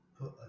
put